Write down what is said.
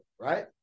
right